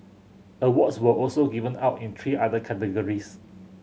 awards were also given out in three other categories